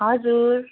हजुर